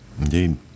indeed